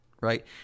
right